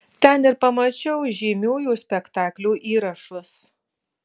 ten ir pamačiau žymiųjų spektaklių įrašus